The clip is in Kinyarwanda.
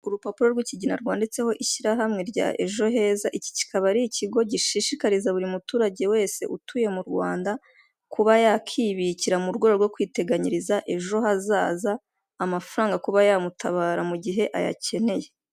Umugabo wambaye ingofero y'ubururu amadarubindi, uri guseka wambaye umupira wumweru ndetse ufite mudasobwa mu ntoki ze. Ari ku gapapuro k'ubururu kandidikishijweho amagambo yumweru ndetse n'ayumuhondo yanditswe mu kirimi cyamahanga cyicyongereza.